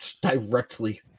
directly